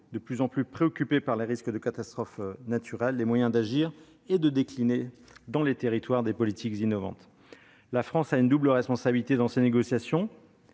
de plus en plus préoccupés par les risques de catastrophe naturelle, les moyens d'agir et de décliner dans les territoires des politiques innovantes. La France a une double responsabilité dans ces négociations